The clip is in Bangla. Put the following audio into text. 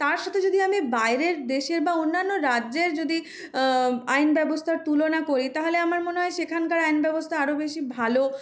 তার সাথে যদি আমি বাইরের দেশের বা অন্যান্য রাজ্যের যদি আইনব্যবস্থার তুলনা করি তাহলে আমার মনে হয় সেখানকার আইনব্যবস্থা আরো বেশি ভালো